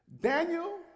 Daniel